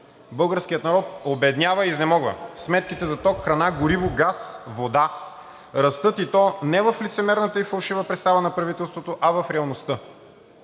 българският народ обеднява и изнемогва. Сметките за ток, храна, гориво, газ, вода растат, и то не в лицемерната и фалшива представа на правителството, а в реалността.